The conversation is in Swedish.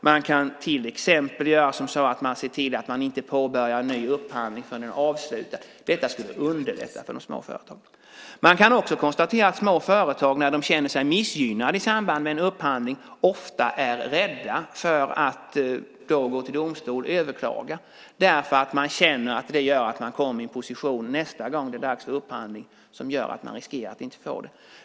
Man kan till exempel se till att en ny upphandling inte påbörjas förrän den gamla är avslutad. Detta skulle underlätta för de små företagen. Man kan också konstatera att små företag, när de känner sig missgynnade i samband med en upphandling, ofta är rädda för att gå till domstol och överklaga, därför att de känner att de nästa gång som det är dags för upphandling hamnar i en sådan position som gör att de riskerar att inte komma i fråga.